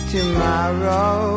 Tomorrow